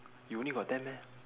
you only got ten meh